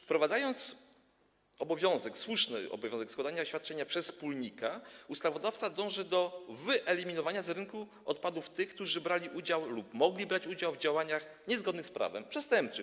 Wprowadzając obowiązek, słuszny obowiązek składania oświadczenia przez wspólnika, ustawodawca dąży do wyeliminowania z rynku odpadów tych, którzy brali udział lub mogli brać udział w działaniach niezgodnych z prawem, po prostu przestępczych.